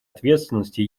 ответственности